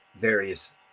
various